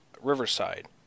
Riverside